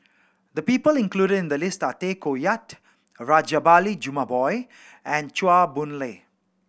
the people included in the list are Tay Koh Yat Rajabali Jumabhoy and Chua Boon Lay